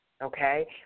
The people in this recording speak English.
okay